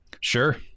Sure